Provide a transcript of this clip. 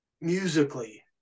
musically